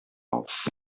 auf